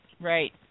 right